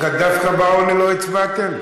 דווקא בעוני לא הצבעתם?